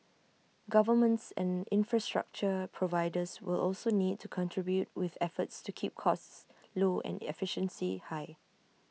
governments and infrastructure providers will also need to contribute with efforts to keep costs low and efficiency high